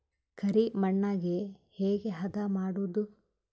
ಕರಿ ಮಣ್ಣಗೆ ಹೇಗೆ ಹದಾ ಮಾಡುದು?